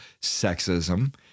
sexism